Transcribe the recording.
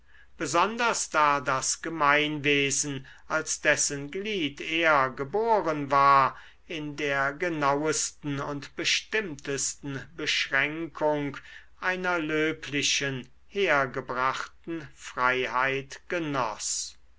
besonders da das gemeinwesen als dessen glied er geboren war in der genausten und bestimmtesten beschränkung einer löblichen hergebrachten freiheit genoß